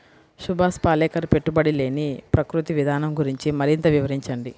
సుభాష్ పాలేకర్ పెట్టుబడి లేని ప్రకృతి విధానం గురించి మరింత వివరించండి